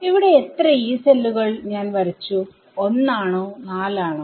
ഇവിടെ എത്ര Yee സെല്ലുകൾ ഞാൻ വരച്ചു1 ആണോ 4 ആണോ